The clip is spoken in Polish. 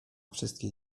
wszystkie